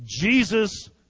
Jesus